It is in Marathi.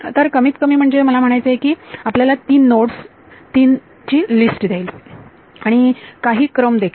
तर कमीत कमी म्हणजे मला म्हणायचे आहे की ते आपल्याला तीन नोड्स तीन ची लिस्ट देईल आणि आणि काही क्रम देखील